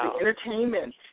entertainment